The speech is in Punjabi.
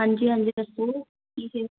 ਹਾਂਜੀ ਹਾਂਜੀ ਦੱਸੋ ਚਾ